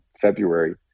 February